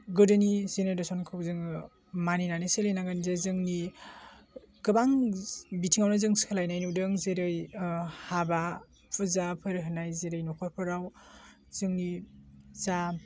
गोदोनि जेनेरेसन खौ जोङो मानिनानै सोलिनांगोन जे जोंनि गोबां बिथिङावनो जों सोलायनाय नुदों जेरै हाबा फुजाफोर होनाय जेरै न'खरफोराव जोंनि जा